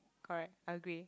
correct I agree